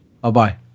Bye-bye